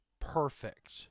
perfect